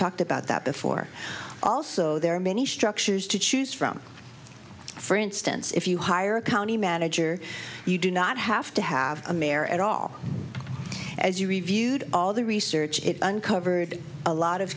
talked about that before also there are many structures to choose from for instance if you hire a county manager you do not have to have a mare at all as you reviewed all the research uncovered a lot of